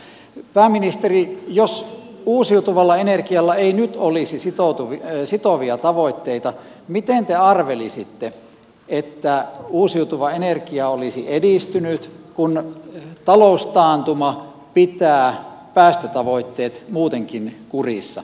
pääministeri jos uusiutuvalla energialla ei nyt olisi sitovia tavoitteita miten te arvelisitte että uusiutuva energia olisi edistynyt kun taloustaantuma pitää päästötavoitteet muutenkin kurissa